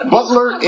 Butler